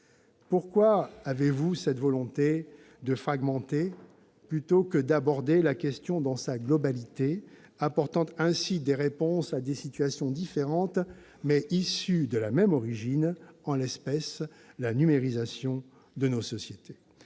Pourquoi avez-vous cette volonté de fragmenter, plutôt que d'aborder la question dans sa globalité en apportant des réponses différentes à des situations différentes, mais issues de la même origine : la numérisation de nos sociétés,